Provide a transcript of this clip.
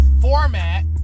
format